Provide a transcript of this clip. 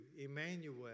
Emmanuel